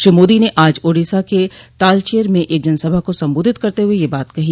श्री मोदी ने आज ओडिसा के तालचेर में एक जनसभा को संबोधित करते हुए यह बात कही